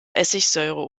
essigsäure